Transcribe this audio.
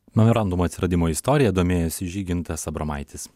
memorandumo atsiradimo istorija domėjosi žygintas abromaitis